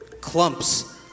Clumps